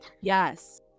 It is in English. Yes